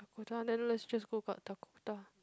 Dakota then let's just go ga~ Dakota